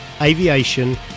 aviation